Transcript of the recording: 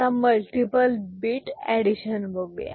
आता multiple bit addition बघूया